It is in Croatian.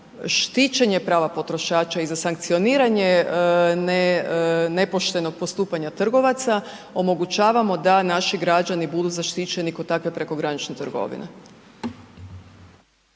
štićenje prava potrošača i za sankcioniranje nepoštenog postupanja trgovaca omogućavamo da naši građani budu zaštićeni kod takve prekogranične trgovine.